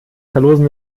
verlosen